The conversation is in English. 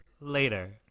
later